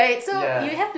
ya